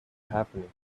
happening